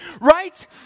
right